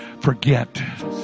forget